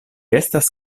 estas